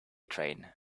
train